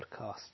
podcast